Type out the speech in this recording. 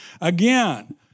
Again